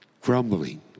Grumbling